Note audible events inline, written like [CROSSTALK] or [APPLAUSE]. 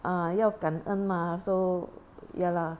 ah 要感恩 mah so [NOISE] ya lah